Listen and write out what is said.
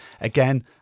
again